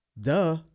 Duh